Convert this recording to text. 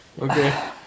Okay